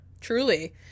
Truly